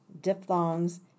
diphthongs